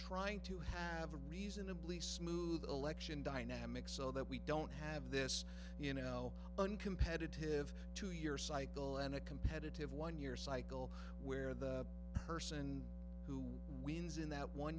trying to have a reasonably smooth election dynamic so that we don't have this you know uncompetitive two year cycle and a competitive one year cycle where the person who wins in that one